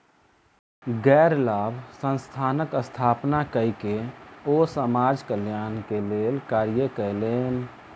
गैर लाभ संस्थानक स्थापना कय के ओ समाज कल्याण के लेल कार्य कयलैन